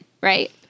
right